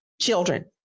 children